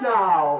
now